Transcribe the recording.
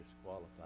disqualified